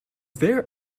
there